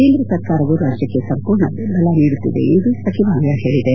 ಕೇಂದ್ರ ಸರ್ಕಾರವು ರಾಜ್ಯಕ್ಕೆ ಸಂಪೂರ್ಣ ಬೆಂಬಲ ನೀಡುತ್ತಿದೆ ಎಂದು ಸಚಿವಾಲಯ ಹೇಳಿದೆ